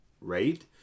right